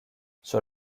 sur